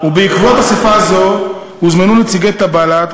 בעקבות אספה זו הוזמנו נציגי תא בל"ד,